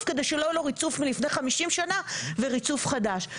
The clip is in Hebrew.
כדי שלא יהיה לו שילוב של ריצוף מלפני 50 שנים יחד עם ריצוף חדש.